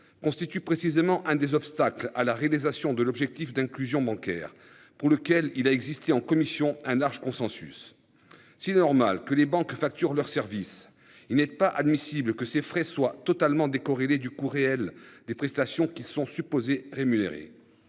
constitue précisément un des obstacles à la réalisation de l'objectif d'inclusion bancaire pour lequel il a existé en commission un large consensus s'normal que les banques facturent leurs services. Il n'est pas admissible que ces frais soient totalement décorrélés du coût réel des prestations qui sont supposés rémunérées.